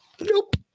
Nope